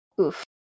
Oof